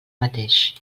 mateix